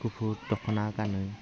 गुफुर दखना गानो